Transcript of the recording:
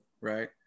right